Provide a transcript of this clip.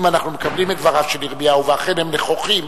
אם אנחנו מקבלים את דבריו של ירמיהו ואכן הם נכוחים,